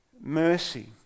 mercy